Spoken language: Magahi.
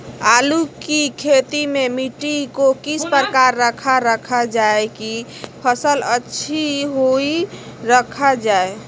आलू की खेती में मिट्टी को किस प्रकार रखा रखा जाए की फसल अच्छी होई रखा जाए?